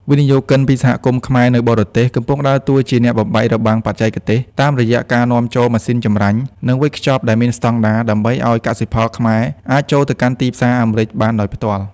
វិនិយោគិនពី សហគមន៍ខ្មែរនៅបរទេស កំពុងដើរតួជាអ្នកបំបែករបាំងបច្ចេកទេស តាមរយៈការនាំចូលម៉ាស៊ីនចម្រាញ់ និងវេចខ្ចប់ដែលមានស្ដង់ដារ ដើម្បីឱ្យកសិផលខ្មែរអាចចូលទៅកាន់ទីផ្សារអាមេរិកបានដោយផ្ទាល់។